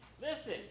Listen